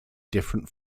different